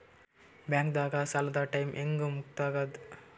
ಬ್ಯಾಂಕ್ದಾಗ ಸಾಲದ ಟೈಮ್ ಹೆಂಗ್ ಮುಂದಾಕದ್?